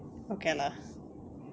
okay lah